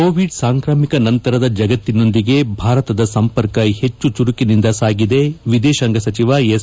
Covid ಸಾಂಕ್ರಾಮಿಕ ನಂತರದ ಜಗತ್ತಿನೊಂದಿಗೆ ಭಾರತದ ಸಂಪರ್ಕ ಹೆಚ್ಚು ಚುರುಕಿನಿಂದ ಸಾಗಿದೆ ವಿದೇಶಾಂಗ ಸಚಿವ ಎಸ್